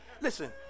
Listen